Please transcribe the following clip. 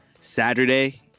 Saturday